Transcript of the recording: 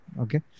Okay